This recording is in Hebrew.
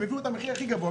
הם הציגו את המחיר הכי גבוה,